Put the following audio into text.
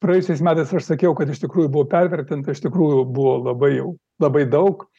praėjusiais metais aš sakiau kad iš tikrųjų buvo pervertinta iš tikrųjų buvo labai jau labai daug